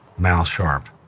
mal sharpe.